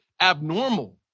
abnormal